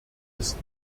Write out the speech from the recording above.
ist